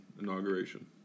Inauguration